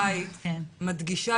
הם קיבלו הכל,